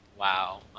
Wow